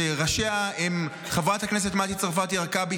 שראשיה הם חברת הכנסת מטי צרפת הרכבי,